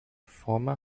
former